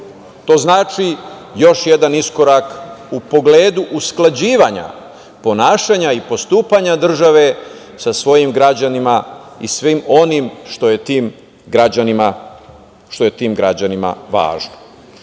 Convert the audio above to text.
To znači još jedan iskorak u pogledu usklađivanja ponašanja i postupanja države sa svojim građanima i svim onim što je tim građanima važno. Svako